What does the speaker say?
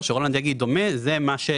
אם רולנד יגיד דומה, זה דומה.